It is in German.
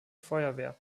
feuerwehr